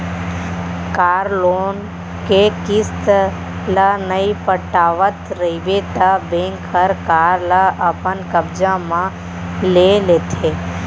car loan के किस्त ल नइ पटावत रइबे त बेंक हर कार ल अपन कब्जा म ले लेथे